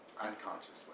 unconsciously